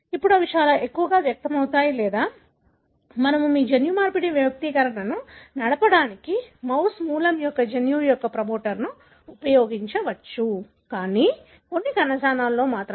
ఇప్పుడు అవి చాలా ఎక్కువగా వ్యక్తమవుతాయి లేదా మనము మీ జన్యుమార్పిడి వ్యక్తీకరణను నడపడానికి మౌస్ మూలం యొక్క జన్యువు యొక్క ప్రమోటర్ని ఉపయోగించవచ్చు కానీ కొన్ని కణజాలాలలో మాత్రమే